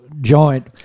joint